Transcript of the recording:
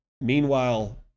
Meanwhile